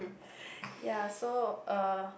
ya so uh